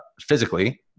physically